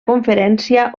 conferència